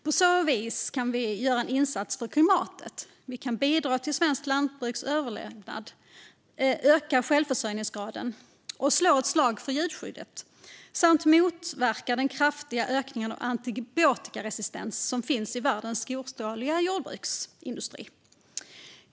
På så vis kan vi göra en insats för klimatet, bidra till svenskt lantbruks överlevnad, öka självförsörjningsgraden, slå ett slag för djurskyddet samt motverka den kraftiga ökning av antibiotikaresistens som finns i världens storskaliga jordbruksindustri.